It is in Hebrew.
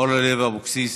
אורלי לוי אבקסיס.